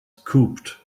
scooped